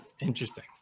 interesting